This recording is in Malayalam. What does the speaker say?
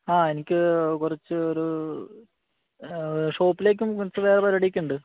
ആ എനിക്ക് കുറച്ച് ഒരു ഷോപ്പിലേക്കും കുറച്ച് വേറെ പരിപാടിയൊക്കെ ഉണ്ട്